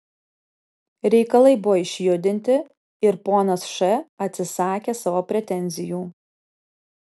reikalai buvo išjudinti ir ponas š atsisakė savo pretenzijų